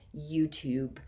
YouTube